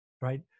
right